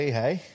hey